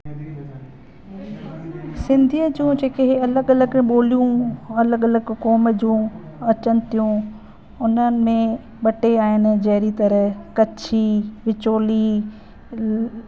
सिंधीअ जो जेके हे अलॻि अलॻि ॿोलियूं अलॻि अलॻि क़ौम जूं अचनि थियूं हुननि में ॿ टे आहिनि जहिड़ी तरह कच्छी विचोली